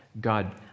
God